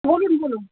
বলুন বলুন